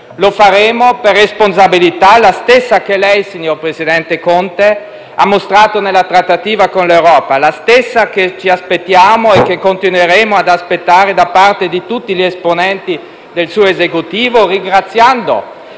stessa responsabilità che lei, signor presidente Conte, ha mostrato nella trattativa con l'Europa e che ci aspettiamo - e che continueremo ad aspettare - da parte di tutti gli esponenti del suo Esecutivo, ringraziando